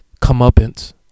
comeuppance